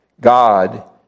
God